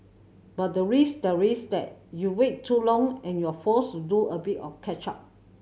but the risk there is that you wait too long and you're forced to do a bit of catch up